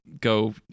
go